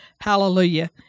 hallelujah